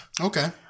Okay